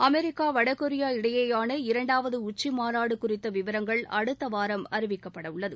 America வடகொரியா இடையேயான இரண்டாவது உச்சி மாநாடு குறித்த விவரங்கள் அடுத்த வாரம் அறிவிக்கப்பட உள்ளது